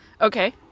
Okay